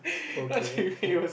okay